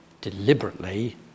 deliberately